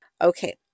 Okay